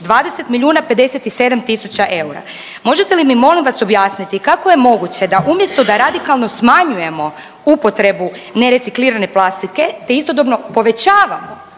20 milijuna 57 tisuća eura. Možete li mi molim vas objasniti kako je moguće da umjesto da radikalno smanjujemo upotrebu nereciklirane plastike te istodobno povećavamo